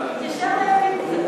נתקבל.